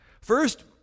First